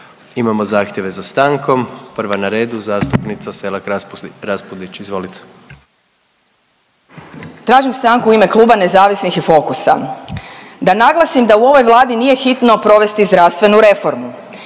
imamo zahtjeve za stankom. Prva na redu, zastupnica Selak Raspudić, izvolite. **Selak Raspudić, Marija (Nezavisni)** Tražim stanku u ime Kluba nezavisni i Fokusa da naglasim da u ovoj Vladi nije hitno provesti zdravstvenu reformu.